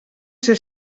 ser